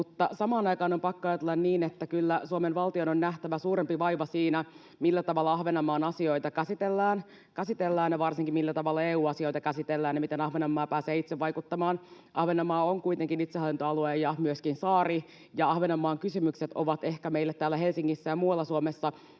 samaan aikaan on pakko ajatella niin, että kyllä Suomen valtion on nähtävä suurempi vaiva siinä, millä tavalla Ahvenanmaan asioita käsitellään, ja varsinkin siinä, millä tavalla EU-asioita käsitellään ja miten Ahvenanmaa pääsee itse vaikuttamaan. Ahvenanmaa on kuitenkin itsehallintoalue ja myöskin saari, ja Ahvenanmaan kysymykset ovat ehkä meille täällä Helsingissä ja muualla Suomessa